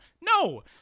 No